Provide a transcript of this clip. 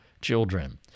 children